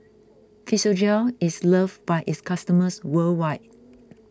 Physiogel is loved by its customers worldwide